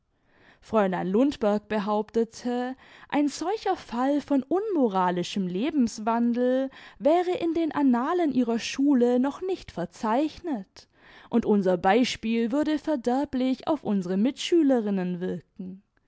fräulein lundberg behauptete ein solcher fall von unmoralischem lebenswandel wäre in den annalen ihrer schule noch nicht verzeichnet und unser beispiel würde verderblich auf unsere mitschülerinnen wirken